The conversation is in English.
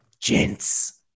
gents